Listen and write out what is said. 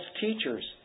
teachers